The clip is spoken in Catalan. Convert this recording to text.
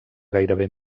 gairebé